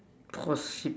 possible